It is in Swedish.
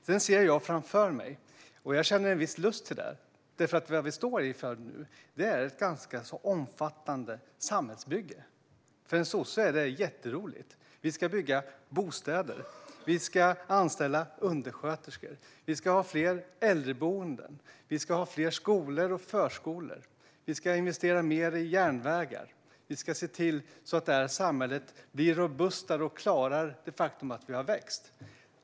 Sedan ser jag - och jag känner viss lust inför det - att det vi står inför nu är ett ganska omfattande samhällsbygge. För en sosse är det jätteroligt. Vi ska bygga bostäder. Vi ska anställa undersköterskor. Vi ska ha fler äldreboenden. Vi ska ha fler skolor och förskolor. Vi ska investera mer i järnvägar. Vi ska se till att samhället blir robustare och klarar det faktum att vi har växt.